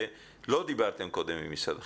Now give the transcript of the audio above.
שלא דיברתם קודם עם משרד החינוך.